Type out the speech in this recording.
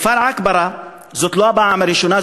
בכפר עכברה זאת לא הפעם הראשונה,